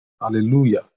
Hallelujah